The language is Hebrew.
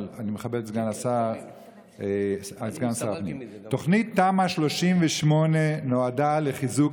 אבל אני מכבד את סגן שר הפנים: תמ"א 38 נועדה לחיזוק